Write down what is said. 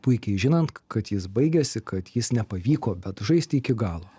puikiai žinant kad jis baigiasi kad jis nepavyko bet žaisti iki galo